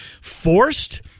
forced